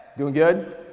doing good?